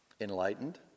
enlightened